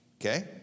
Okay